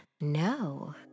No